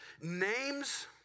Names